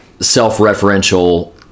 self-referential